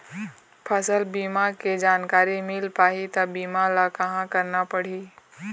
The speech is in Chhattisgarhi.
फसल बीमा के जानकारी मिल पाही ता बीमा ला कहां करना पढ़ी?